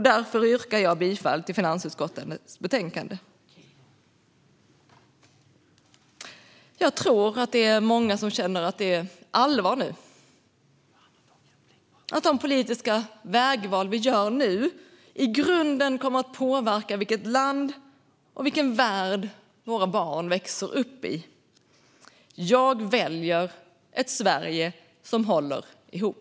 Därför yrkar jag bifall till förslaget i finansutskottets betänkande. Jag tror att många känner att det nu är allvar, att de politiska vägval vi gör nu i grunden kommer att påverka vilket land och vilken värld våra barn växer upp i. Jag väljer ett Sverige som håller ihop.